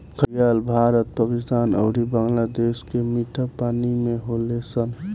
घड़ियाल भारत, पाकिस्तान अउरी बांग्लादेश के मीठा पानी में होले सन